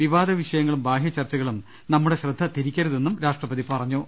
വിവാദ വിഷയങ്ങളും ബാഹ്യ ചർച്ചകളും നമ്മുടെ ശ്രദ്ധതിരിക്കരുതെന്നും രാഷ്ട്രപതി പറഞ്ഞു